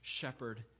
shepherd